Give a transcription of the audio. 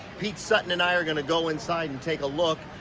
pete sutton and i are going to go inside and take a look.